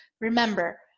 Remember